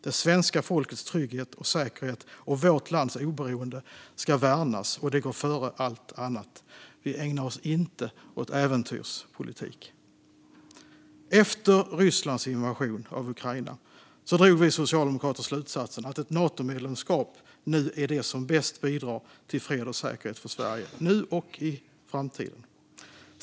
Det svenska folkets trygghet och säkerhet och vårt lands oberoende ska värnas, och detta går före allt annat. Vi ägnar oss inte åt äventyrspolitik. Efter Rysslands invasion av Ukraina drog vi socialdemokrater slutsatsen att ett Natomedlemskap nu är det som bäst bidrar till fred och säkerhet för Sverige, nu och i framtiden.